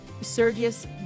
Sergius